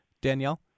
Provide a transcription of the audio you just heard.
Danielle